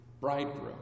bridegroom